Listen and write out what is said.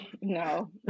no